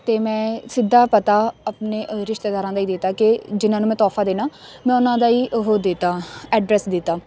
ਅਤੇ ਮੈਂ ਸਿੱਧਾ ਪਤਾ ਆਪਣੇ ਰਿਸ਼ਤੇਦਾਰਾਂ ਦਾ ਹੀ ਦੇ ਤਾ ਕਿ ਜਿਹਨਾਂ ਨੂੰ ਮੈਂ ਤੋਹਫਾ ਦੇਣਾ ਮੈਂ ਉਹਨਾਂ ਦਾ ਹੀ ਉਹ ਦੇ ਤਾ ਐਡਰੈਸ ਦੇ ਤਾ